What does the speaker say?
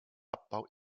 abbau